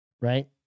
right